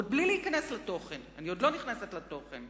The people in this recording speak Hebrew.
ואת כל זאת אני אומרת מבלי שנכנסתי עדיין לתוכן.